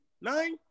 Nine